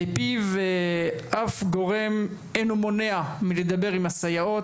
לפיו אף גורם אינו מונע מלדבר עם הסייעות.